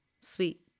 sweet